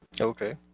Okay